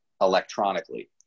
electronically